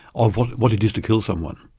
of what what it is to kill someone.